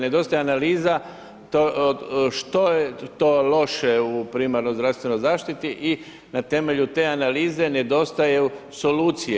Nedostaje analiza što je to loše u primarnoj zdravstvenoj zaštiti i na temelju te analize nedostaju solucije.